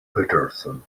paterson